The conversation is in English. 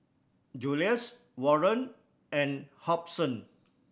Julius Warren and Hobson